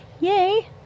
yay